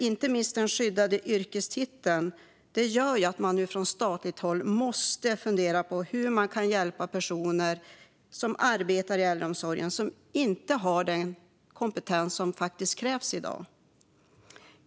Inte minst den skyddade yrkestiteln gör att man från statligt håll nu måste fundera på hur man kan hjälpa personer som arbetar i äldreomsorgen och inte har den kompetens som faktiskt krävs i dag.